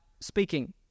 speaking